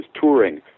touring